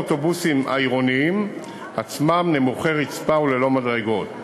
האוטובוסים העירוניים עצמם נמוכי רצפה וללא מדרגות.